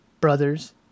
brothers